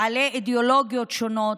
בעלי אידיאולוגיות שונות,